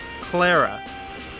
clara